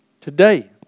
Today